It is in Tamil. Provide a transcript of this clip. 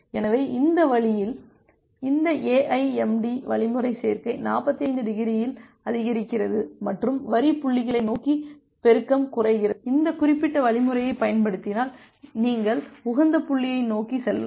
எனவே இந்த வழியில் இந்த ஏஐஎம்டி வழிமுறை சேர்க்கை 45 டிகிரியில் அதிகரிக்கிறது மற்றும் வரி புள்ளிகளை நோக்கி பெருக்கம் குறைகிறது இந்த குறிப்பிட்ட வழிமுறையைப் பயன்படுத்தினால் நீங்கள் உகந்த புள்ளியை நோக்கிச் செல்லலாம்